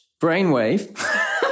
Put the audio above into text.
brainwave